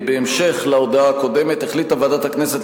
בהמשך להודעה הקודמת החליטה ועדת הכנסת,